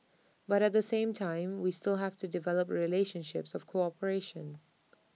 but at the same time we still have to develop relationships of cooperation